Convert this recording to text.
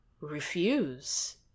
refuse